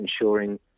ensuring